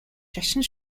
шашин